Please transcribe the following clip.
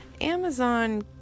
Amazon